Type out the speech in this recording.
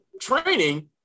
training